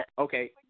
okay